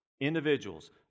individuals